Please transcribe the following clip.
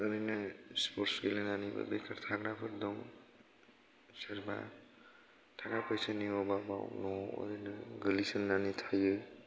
ओरैनो स्पर्टस गेलेनानैबो बेकार थाग्राफोर दं सोरबा थाखा फैसानि अभाबाव न'वाव ओरैनो गोलैसोनानै थायो